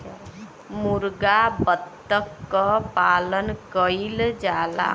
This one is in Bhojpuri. मुरगा बत्तख क पालन कइल जाला